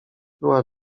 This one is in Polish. była